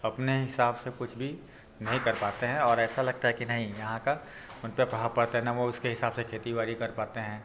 अपने हिसाब से कुछ भी नहीं कर पाते हैं और ऐसा लगता है कि नहीं यहाँ का उन पर प्रभाव पड़ता है न वह उसके हिसाब से खेती बाड़ी कर पाते हैं